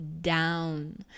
down